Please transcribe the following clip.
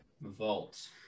vault